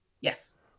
Yes